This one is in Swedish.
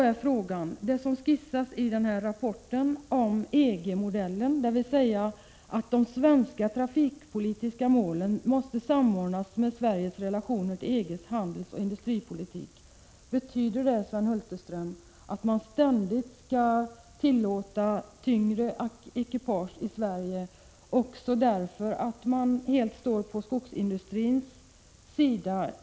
Betyder det som skisseras i den här rapporten om EG-modellen, dvs. att de svenska trafikpolitiska målen måste samordnas med Sveriges relationer till EG:s handelsoch industripolitik, att man ständigt skall tillåta tyngre ekipage i Sverige, bl.a. med hänsyn till att man helt står på skogsindustrins sida?